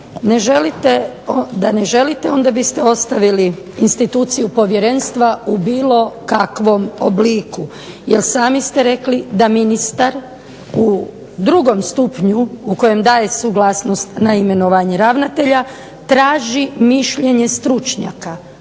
Da ne želite onda biste ostavili instituciju povjerenstva u bilo kakvom obliku jer sami ste rekli da ministar u drugom stupnju u kojem daje suglasnost na imenovanje ravnatelja traži mišljenje stručnjaka.